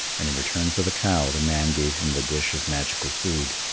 and in return for the cow the man gave him the dish of magical food.